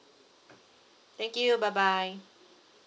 thank you bye bye